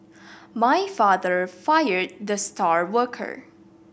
my father fire the star worker